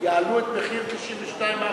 יעלו את המחיר ל-92%.